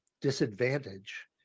disadvantage